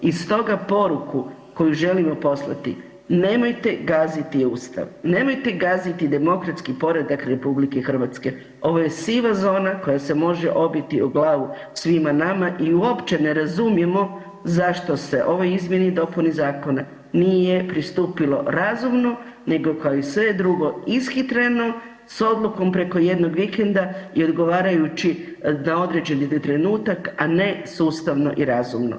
I stoga poruku koju želimo poslati, nemojte gaziti Ustav, nemojte gaziti demokratski poredak RH, ovo je siva zona koja se može obiti o glavu svima nama i uopće ne razumijemo zašto se ovoj izmjeni i dopuni zakona nije pristupilo razumno nego kao i sve drugo ishitreno s odlukom preko jednog vikenda i odgovarajući da određeni trenutak, a ne sustavno i razumno.